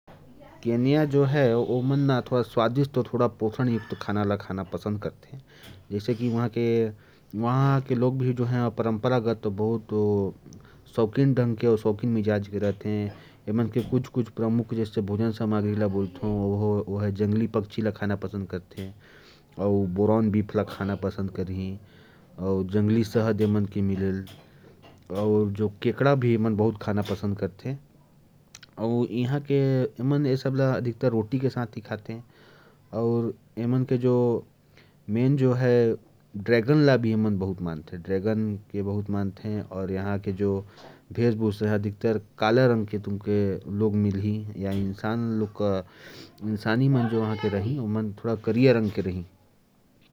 केन्या के लोग स्वादिष्ट और पोषक तत्वों से भरपूर खाना खाना पसंद करते हैं। वे केकड़ा भी खाना पसंद करते हैं। जंगली शहद भी यहां बहुत मशहूर है। यहां के पुरुष और महिलाएं दोनों का रंग काला होता है।